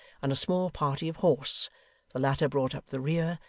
and a small party of horse the latter brought up the rear,